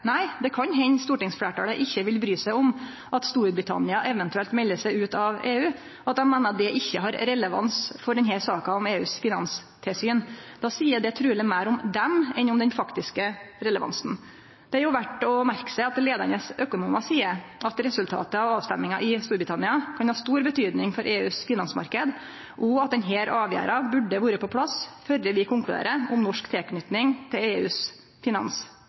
Nei, det kan hende stortingsfleirtalet ikkje vil bry seg om at Storbritannia eventuelt melder seg ut av EU, at dei meiner det ikkje har relevans for denne saka om EUs finanstilsyn. Då seier det truleg meir om dei enn om den faktiske relevansen. Det er verdt å merke seg at leiande økonomar seier at resultatet av avstemminga i Storbritannia kan bety mykje for EUs finansmarknad, og at denne avgjerda burde vore på plass før vi konkluderer om norsk tilknyting til EUs